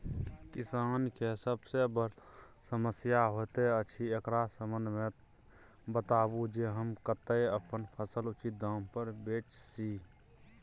किसान के सबसे बर समस्या होयत अछि, एकरा संबंध मे बताबू जे हम कत्ते अपन फसल उचित दाम पर बेच सी?